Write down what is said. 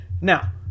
Now